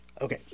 okay